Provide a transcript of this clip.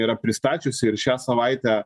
yra pristačiusi ir šią savaitę